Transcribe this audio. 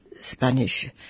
Spanish